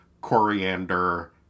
Coriander